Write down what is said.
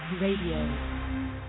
Radio